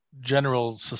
general